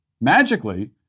Magically